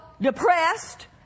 depressed